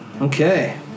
Okay